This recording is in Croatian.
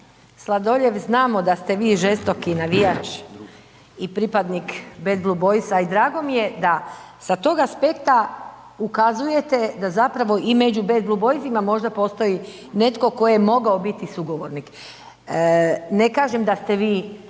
Sladoljev, znamo da ste vi žestoki navijač i pripadnika BBB-a i drago mi je da sa tog aspekta ukazujete da zapravo i među BBB-om možda postoji netko tko je mogao biti sugovornik. Ne kažem da ste vi